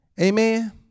Amen